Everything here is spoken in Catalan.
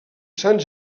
sant